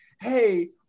hey